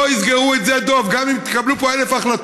לא יסגרו את שדה דב גם אם תקבלו פה אלף החלטות,